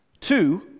Two